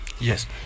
Yes